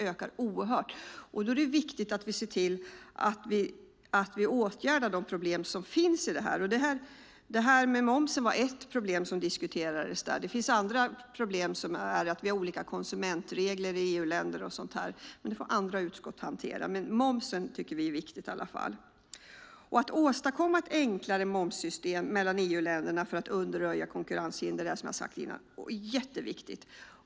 Därför är det viktigt att vi ser till att vi åtgärdar de problem som finns. Momsen var ett av de problem som diskuterades. Det finns andra problem, som att det är olika konsumentregler i EU-länderna. Men det får andra utskott hantera. Att åstadkomma ett enklare momssystem mellan EU-länderna för att undanröja konkurrenshinder är, som jag har sagt tidigare, jätteviktigt.